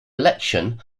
election